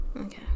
Okay